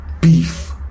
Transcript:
beef